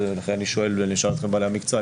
לכן אני שואל את בעלי המקצוע,